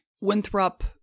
Winthrop